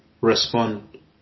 respond